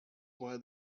why